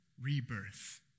rebirth